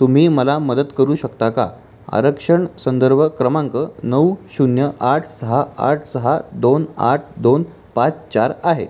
तुम्ही मला मदत करू शकता का आरक्षण संदर्भ क्रमांक नऊ शून्य आठ सहा आठ सहा दोन आठ दोन पाच चार आहे